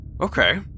Okay